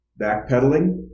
backpedaling